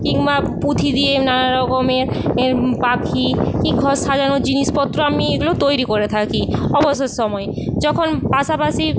কিংবা পুঁথি দিয়ে নানারকমের এর পাখি কি ঘর সাজানোর জিনিস পত্র আমি এগুলো তৈরি করে থাকি অবসর সময়ে যখন পাশা পাশি